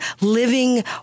living